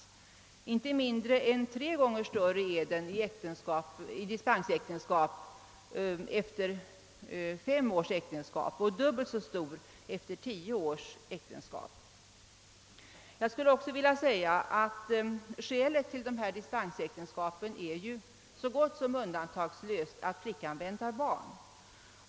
Den är inte mindre än tre gånger större i dispensäktenskap efter fem års äktenskap och dubbelt så stor efter tio års äktenskap. Skälet till dessa dispensäktenskap är dessutom så gott som undantagslöst att flickan väntar barn.